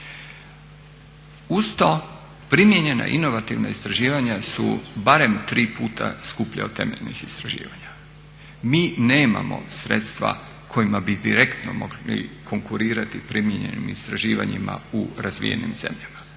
Uz to primijenjena inovativna istraživanja su barem tri puta skuplja od temeljnih istraživanja. Mi nemamo sredstva kojima bi direktno mogli konkurirati primijenjenim istraživanjima u razvijenim zemljama.